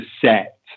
set